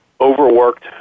overworked